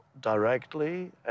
directly